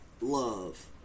love